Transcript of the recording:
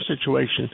situation